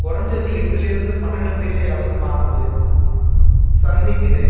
குறைஞ்சது எட்டிலிருந்து பன்னெண்டு புயலையாவது பார்க்குது சந்திக்குது